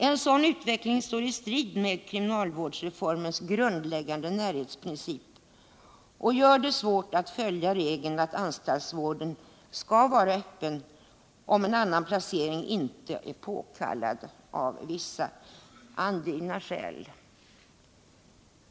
En sådan utveckling står i strid med kriminalvårdsreformens grundläggande närhetsprincip och gör det svårt att följa regeln att anstaltsvården skall vara öppen, om en annan placering inte är påkallad av vissa angivna skäl.